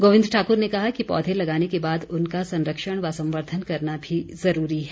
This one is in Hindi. गोबिंद ठाकुर ने कहा कि पौधे लगाने के बाद उनका संरक्षण व संवर्धन करना भी जरूरी है